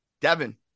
Devin